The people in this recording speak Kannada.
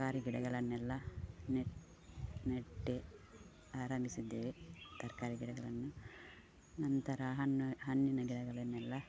ತರಕಾರಿ ಗಿಡಗಳನ್ನೆಲ್ಲ ನೆಟ್ಟು ನೆಟ್ಟೆ ಆರಂಭಿಸಿದ್ದೇವೆ ತರಕಾರಿ ಗಿಡಗಳನ್ನು ನಂತರ ಹಣ್ಣು ಹಣ್ಣಿನ ಗಿಡಗಳನ್ನೆಲ್ಲ